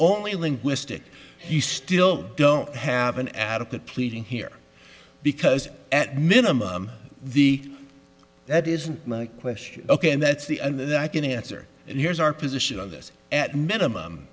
only linguistic you still don't have an adequate pleading here because at minimum the that isn't my question ok and that's the and that i can answer and here's our position on this at minimum